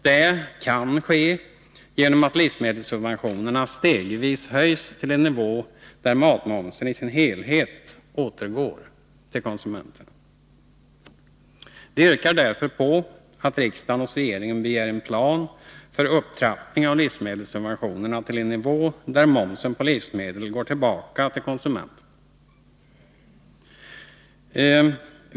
Det kan ske genom att livsmedelssubventionerna stegvis höjs till en nivå där matmomsen i sin helhet återgår till konsumenterna. Vi yrkar därför att riksdagen hos regeringen begär en plan för upptrappning av livsmedelssubventionerna till en nivå där momsen på livsmedel går tillbaka till konsumenterna.